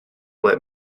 let